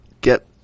get